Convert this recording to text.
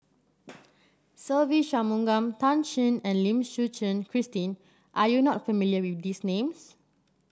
Se Ve Shanmugam Tan Shen and Lim Suchen Christine are you not familiar with these names